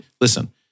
listen